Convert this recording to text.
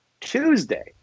Tuesday